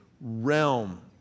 realm